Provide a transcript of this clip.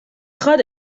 خواد